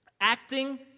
Acting